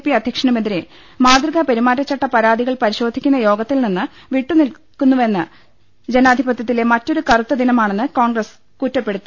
P അധ്യക്ഷനുമെതിരെ മാതൃകാപെരുമാറ്റച്ചട്ട പരാതികൾ പരിശോധിക്കുന്ന യോഗത്തിൽ നിന്ന് വിട്ടുനിൽക്കുന്നുവെന്നത് ജനാധിപത്യത്തിലെ മറ്റൊരു കറുത്ത ദിനമാണെന്ന് കോൺഗ്രസ് കുറ്റപ്പെടുത്തി